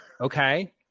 Okay